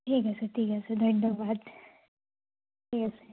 ঠিক আছে ঠিক আছে ধন্যবাদ ঠিক আছে